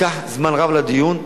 לקח זמן רב לדיון,